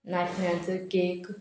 नाशण्याचो cake